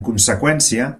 conseqüència